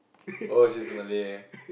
oh she's Malay